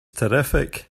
terrific